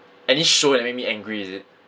any show that make me angry is it